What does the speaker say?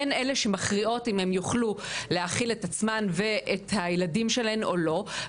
הן אלה שמכריעות אם הן יוכלו להאכיל את עצמן ואת הילדים שלהן או לא,